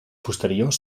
posteriors